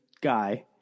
guy